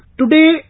today